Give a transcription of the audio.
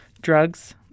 drugs